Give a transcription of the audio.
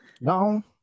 No